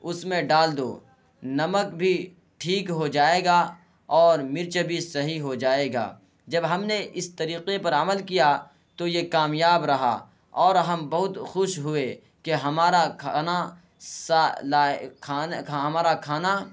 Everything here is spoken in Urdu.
اس میں ڈال دو نمک بھی ٹھیک ہو جائے گا اور مرچ بھی صحیح ہو جائے گا جب ہم نے اس طریقے پر عمل کیا تو یہ کامیاب رہا اور ہم بہت خوش ہوئے کہ ہمارا کھانا ہمارا کھانا